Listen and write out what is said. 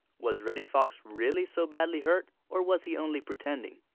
was reddy fox really so badly hurt, or was he only pretending?